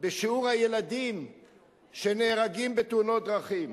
בשיעור הילדים שנהרגים בתאונות דרכים.